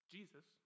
Jesus